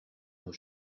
nos